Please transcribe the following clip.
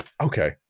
okay